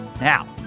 Now